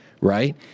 right